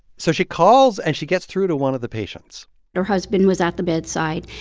so she calls, and she gets through to one of the patients her husband was at the bedside.